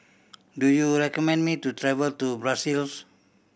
do you recommend me to travel to Brussels